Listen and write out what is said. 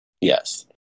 yes